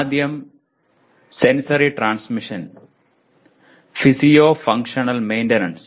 ആദ്യം sensory transmission physio functional maintenance